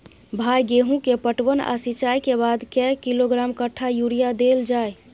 भाई गेहूं के पटवन आ सिंचाई के बाद कैए किलोग्राम कट्ठा यूरिया देल जाय?